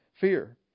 fear